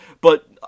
but-